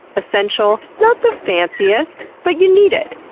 essential, not the fanciest, but you need it.